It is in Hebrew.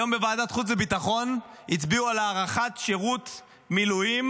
היום בוועדת החוץ והביטחון הצביעו על הארכת שירות מילואים.